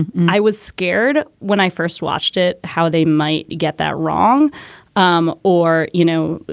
and i was scared when i first watched it, how they might get that wrong um or, you know,